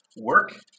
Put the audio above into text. work